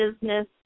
business